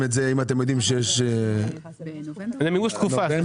את זה אם אתם יודעים שיש --- זה מימוש תקופת